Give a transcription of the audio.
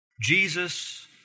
Jesus